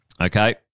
okay